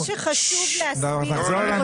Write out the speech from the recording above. שלנו.